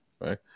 right